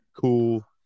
cool